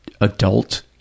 adult